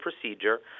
procedure